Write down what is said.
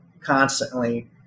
constantly